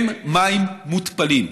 הם מים מותפלים,